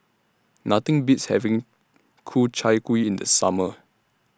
Nothing Beats having Ku Chai Kuih in The Summer